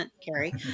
Carrie